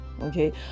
okay